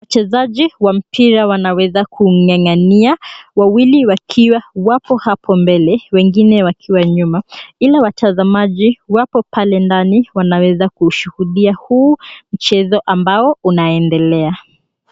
Wachezaji wa mpira wanaweza kungangania wawili wakiwa wako hapo mbele wengine wakiwa nyuma ila watazamaji wapo pale ndani wanaeza kushuhudia huu mchezo ambao unaendelea.